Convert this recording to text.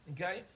Okay